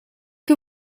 que